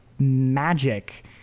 magic